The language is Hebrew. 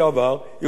יובל דיסקין,